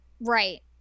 Right